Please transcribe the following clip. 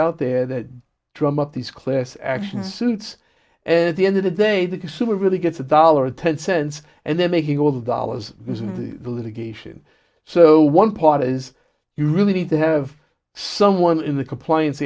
out there that drum up this class action suits and the end of the day the consumer really gets a dollar ten cents and they're making all those dollars this is the litigation so one part is you really need to have someone in the compliance